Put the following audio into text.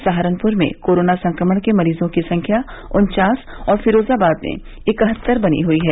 सहारनपुर में कोरोना संक्रमण के मरीजों की संख्या उन्चास और फिरोजाबाद में इकहत्तर बनी हुई है